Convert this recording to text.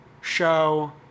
show